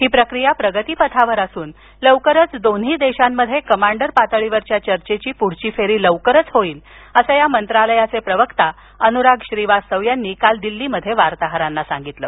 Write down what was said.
ही प्रक्रिया प्रगतिपथावर असून लवकरच दोन्ही देशांमध्ये कमांडर पातळीवरील चर्चेची पुढची फेरी लवकरच होईल असं या मंत्रालयाचे प्रवक्ता अनुराग श्रीवास्तव यांनी काल दिल्लीत वार्ताहरांना सांगितलं